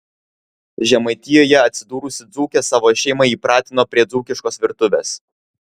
žemaitijoje atsidūrusi dzūkė savo šeimą įpratino prie dzūkiškos virtuvės